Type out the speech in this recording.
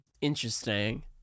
Interesting